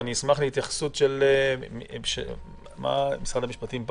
אשמח להתייחסות של משרד המשפטים.